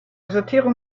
sortierung